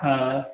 हाँ